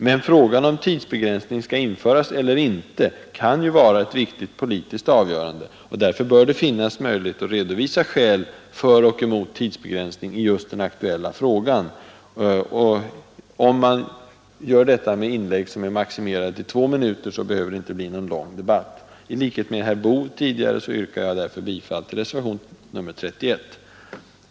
Men frågan om tidsbegränsning skall införas eller inte kan vara ett viktigt politiskt avgörande, och därför bör det finnas möjligheter att redovisa skäl för och emot tidsbegränsning i den aktuella frågan. Om man gör detta med inlägg som är maximerade till två minuter, så behöver det inte bli någon lång debatt. I likhet med herr Boo yrkar jag därför bifall till reservationen 31.